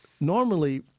normally